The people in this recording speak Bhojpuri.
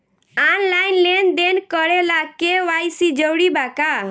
आनलाइन लेन देन करे ला के.वाइ.सी जरूरी बा का?